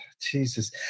Jesus